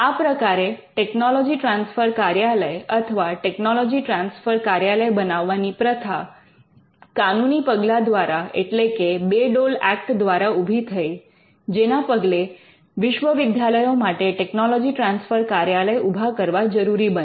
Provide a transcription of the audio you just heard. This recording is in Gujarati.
આ પ્રકારે ટેકનોલોજી ટ્રાન્સફર કાર્યાલય અથવા ટેકનોલોજી ટ્રાન્સફર કાર્યાલય બનાવવાની પ્રથા કાનૂની પગલા દ્વારા એટલે કે બે ડોલ ઍક્ટ દ્વારા ઊભી થઈ જેના પગલે વિશ્વવિદ્યાલયો માટે ટેકનોલોજી ટ્રાન્સફર કાર્યાલય ઉભા કરવા જરૂરી બન્યું